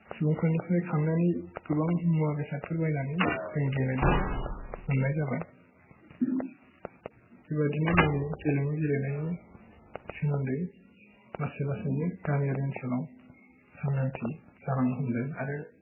सुबुंफोरनिफ्राय खांनानै गोबां मुवा बेसादफोर बायनानै जों गेलेनाय मोननाय जाबाय बेबायदिनो जोंनि गेलेमु गेलेनायनि सोमोन्दै लासै लासैनो गामियारि ओनसोलाव सांग्रांथि जालांनो हमदों आरो